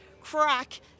crack